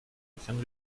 löchern